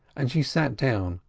and she sat down,